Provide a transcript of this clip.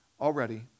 already